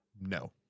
No